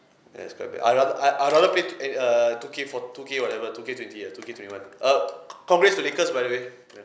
and it's quite bad I rather I I rather play two eh err two K four two K whatever two K twenty uh two K twenty-one uh compares to lakers by the way